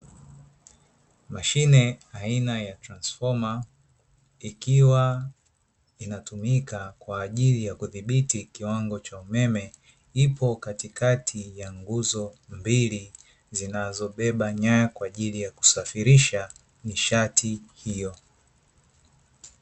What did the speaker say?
Mashine aina ya transifoma ikiwa inatumika kwajili ya kudhibiti kiwango cha umeme, ipo katikati ya nguzo mbili zinazo bena nyaya kwajili ya kusafirisha nishati hiyo.